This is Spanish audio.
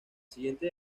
siguiente